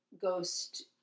ghost